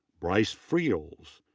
bryce freels.